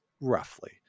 roughly